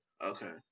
Okay